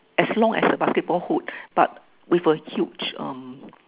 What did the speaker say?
as long as the basketball hoop but with a huge um